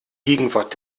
gegenwart